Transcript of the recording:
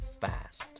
fast